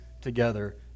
together